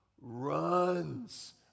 runs